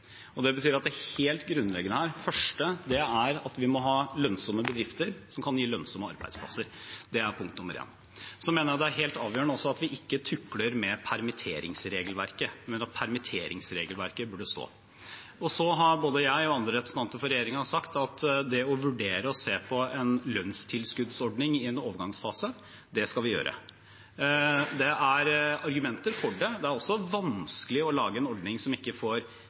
Det betyr at det helt grunnleggende her er at vi må ha lønnsomme bedrifter som kan gi lønnsomme arbeidsplasser. Det er punkt nummer én. Så mener jeg det også er helt avgjørende at vi ikke tukler med permitteringsregelverket, men at permitteringsregelverket burde stå. Både jeg og andre representanter for regjeringen har sagt at det å vurdere å se på en lønnstilskuddsordning i en overgangsfase, det skal vi gjøre. Det er argumenter for det. Det er også vanskelig å lage en ordning som ikke får urimelige utslag som fører til forskjellsbehandling. Men allikevel kan det, i en ekstrem krisesituasjon som vi